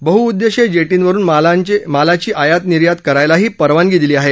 बहुउद्देशीय जेटींवरून मालाची आयात निर्यात करायलाही परवानगी दिली आहे